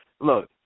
look